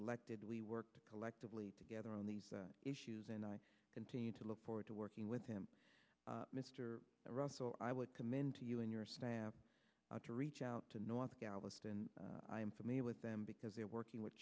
elected we worked collectively together on these issues and i continue to look forward to working with him mr russell i would commend to you and your staff to reach out to north galveston i am familiar with them because they're working with